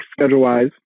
schedule-wise